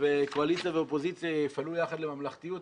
וקואליציה ואופוזיציה יפעלו יחד לממלכתיות,